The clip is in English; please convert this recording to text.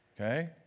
okay